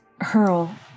hurl